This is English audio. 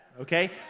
Okay